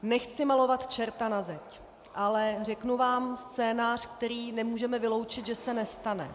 Nechci malovat čerta na zeď, ale řeknu vám scénář, který nemůžeme vyloučit, že se nestane.